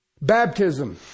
Baptism